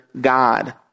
God